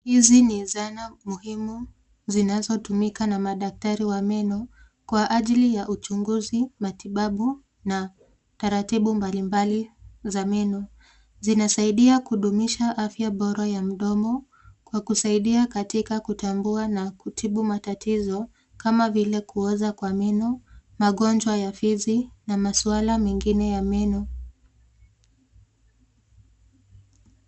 Hizi ni zana muhimu zinazotumika na madaktari wa meno kwa ajili ya uchunguzi, matibabu na taratibu mbalimbali za meno. Zinasaidia kudumisha afya bora ya mdomo kwa kusaidia katika kutambua na kutibu matatizo kama vile kuoza kwa meno, magonjwa ya fizi na maswala mengine ya meno.